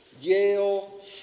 Yale